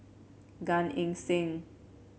Gan Eng Seng